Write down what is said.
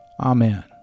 Amen